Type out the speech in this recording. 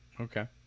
Okay